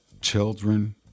Children